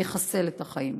שיחסל את החיים,